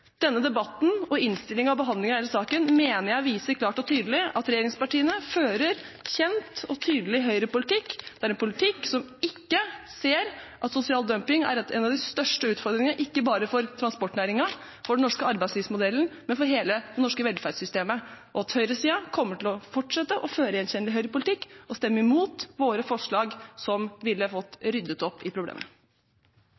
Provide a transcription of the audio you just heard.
Denne debatten og innstillingen og behandlingen av hele saken mener jeg viser klart og tydelig at regjeringspartiene fører kjent og tydelig høyrepolitikk. Det er en politikk som ikke ser at sosial dumping er en av de største utfordringene, ikke bare for transportnæringen og den norske arbeidslivsmodellen, men for hele det norske velferdssystemet. Høyresiden kommer til å fortsette å føre gjenkjennelig høyrepolitikk og stemme imot våre forslag, som ville fått